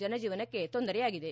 ಜನಜೀವನಕ್ಕೆ ತೊಂದರೆಯಾಗಿದೆ